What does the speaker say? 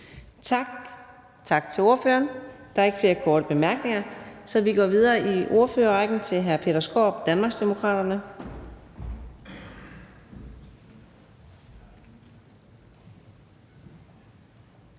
Tak til ordføreren. Der er ikke flere korte bemærkninger, så vi går videre i ordførerrækken til hr. Peter Skaarup, Danmarksdemokraterne.